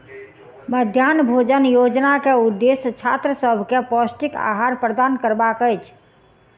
मध्याह्न भोजन योजना के उदेश्य छात्र सभ के पौष्टिक आहार प्रदान करबाक अछि